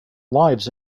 lives